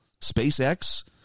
SpaceX